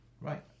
Right